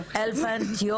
אלפנט,